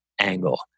angle